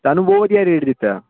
ਤੁਹਾਨੂੰ ਬਹੁਤ ਵਧੀਆ ਰੇਟ ਦਿੱਤਾ